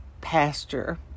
pasture